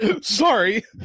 Sorry